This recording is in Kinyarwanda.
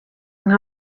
nka